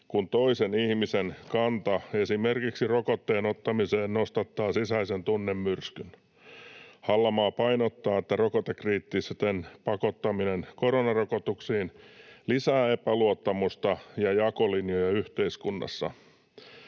kun toisen ihmisen kanta esimerkiksi rokotteen ottamiseen nostattaa sisäisen tunnemyrskyn. Hallamaa painottaa, että rokotekriittisten pakottaminen koronarokotuksiin lisää epäluottamusta ja jakolinjoja yhteiskunnassa.